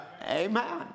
Amen